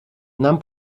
нам